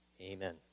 amen